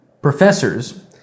Professors